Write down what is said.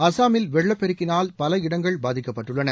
அசாமில் வெள்ளப் பெருக்கினால் பல இடங்கள் பாதிக்கப்பட்டுள்ளன